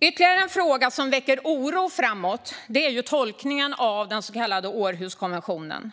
Ytterligare en fråga som väcker oro framåt är tolkningen av den så kallade Århuskonventionen.